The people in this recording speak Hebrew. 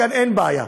כאן אין בעיה.